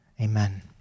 Amen